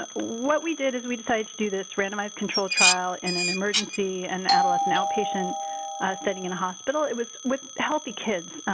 ah what we did is, we decided to do this randomized control trial in an emergency and adolescent outpatient setting in a hospital it was with healthy kids.